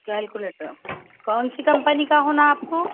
calculator کون سی company کا ہونا آپ کو